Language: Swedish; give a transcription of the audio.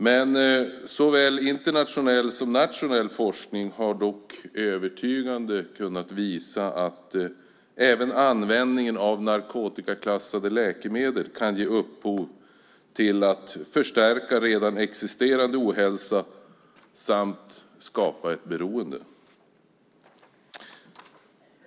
Men såväl internationell som nationell forskning har övertygande kunnat visa att även användning av narkotikaklassade läkemedel kan förstärka redan existerande ohälsa samt skapa ett beroende.